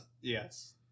Yes